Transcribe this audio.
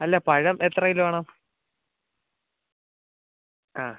അല്ല പഴം എത്ര കിലോ വേണം ആ